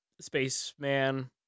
Spaceman